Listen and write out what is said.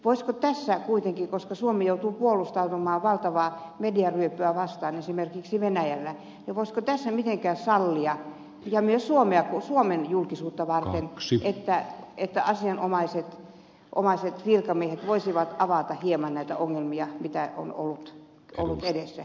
voisiko tässä kuitenkin koska suomi joutuu puolustautumaan valtavaa mediaryöppyä vastaan esimerkiksi venäjällä mitenkään sallia myös suomen julkisuutta varten että asianomaiset virkamiehet voisivat avata hieman näitä ongelmia mitä on ollut edessä